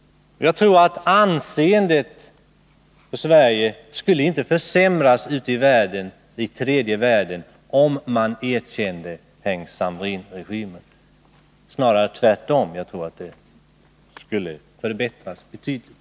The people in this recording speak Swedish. Jag tror att Sveriges anseende i tredje världen inte skulle försämras om vi erkände Heng Samrin-regimen — snarare tvärtom. Jag tror att det skulle förbättras betydligt.